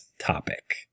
topic